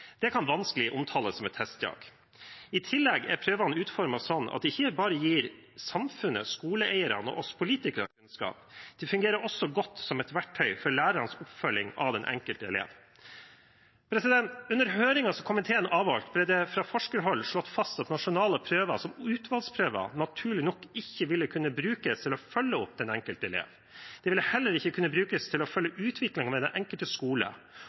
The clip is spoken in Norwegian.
Det kan vanskelig omtales som et testjag. I tillegg er prøvene utformet sånn at de ikke bare gir samfunnet, skoleeierne og oss politikere kunnskap, de fungerer også godt som et verktøy for lærernes oppfølging av den enkelte elev. Under høringen som komiteen avholdt, ble det fra forskerhold slått fast at nasjonale prøver som utvalgsprøver naturlig nok ikke ville kunne brukes til å følge opp den enkelte elev. De ville heller ikke kunne brukes til å følge utviklingen ved den enkelte skole.